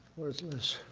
where's liz?